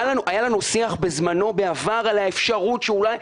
היה לנו שיח בזמנו בעבר על האפשרות שאולי,